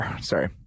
Sorry